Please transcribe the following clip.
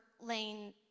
Lane